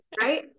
right